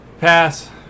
Pass